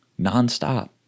nonstop